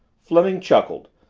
fleming chuckled,